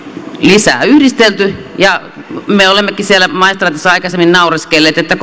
lisää yhdistelty ja me olemmekin siellä maistraatissa aikaisemmin naureskelleet että